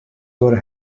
were